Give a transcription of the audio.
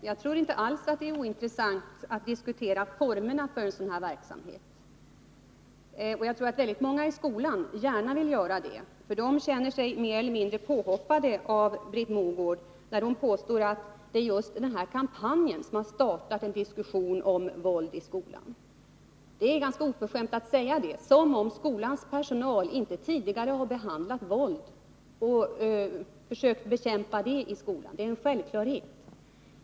Herr talman! Jag tror inte att det är ointressant att diskutera formerna för sådan här verksamhet. Jag tror att väldigt många i skolan gärna vill göra det, för de känner sig mer eller mindre påhoppade av statsrådet Mogård, när hon påstår att det är just den här kampanjen som startat en diskussion om våld i skolan. Det är ganska oförskämt att säga det — som om skolans personal inte tidigare har behandlat frågan om våld och försökt bekämpa det i skolan. Det är en självklarhet.